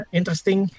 interesting